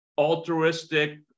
altruistic